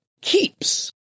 keeps